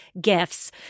gifts